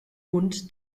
bund